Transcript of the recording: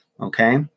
Okay